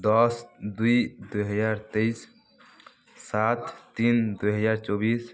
ଦଶ ଦୁଇ ଦୁଇହଜାର ତେଇଶି ସାତ ତିନ ଦୁଇହଜାର ଚବିଶି